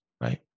right